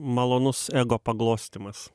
malonus ego paglostymas